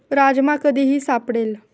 राजमा कधीही सापडेल